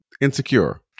Insecure